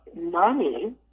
money